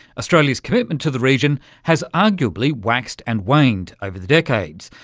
australia's commitment to the region has arguably waxed and waned over the decades,